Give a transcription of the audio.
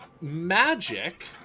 magic